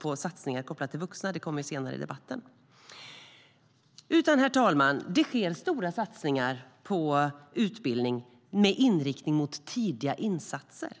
på satsningar kopplade till vuxna. Det kommer senare i debatten. Herr talman! Det sker stora satsningar på utbildning med inriktning mot tidiga insatser.